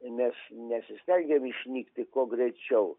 mes nesistengiam išnykti kuo greičiau